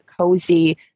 cozy